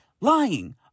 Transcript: lying